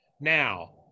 now